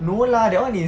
no lah that [one] is